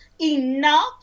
Enough